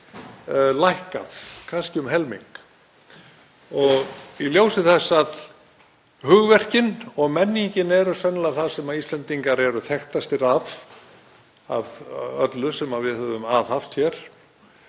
stoðar lækkað, kannski um helming. Í ljósi þess að hugverkin og menningin eru sennilega það sem Íslendingar eru þekktastir af af öllu sem við höfum aðhafst hér